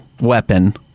weapon